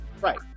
Right